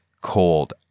cold